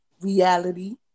Reality